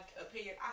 opinion